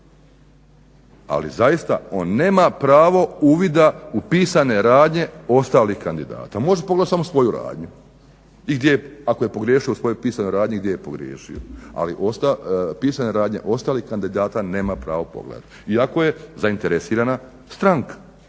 ali zaista on nema pravo uvida u pisane radnje ostalih kandidata. Može pogledati samo svoju radnju i gdje ako je pogriješio u svojoj pisanoj radnji gdje je pogriješio. Ali pisane radnje ostalih kandidata nema pravo pogledati iako je zainteresirana stranka